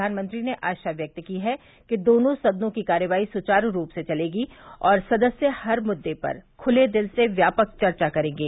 प्रधानमंत्री ने आशा व्यक्त की है कि दोनों सदनों की कार्यवाही सुचारू रूप से चलेगी और सदस्य हर मुद्दे पर खुले दिल से व्यापक चर्चा करेंगे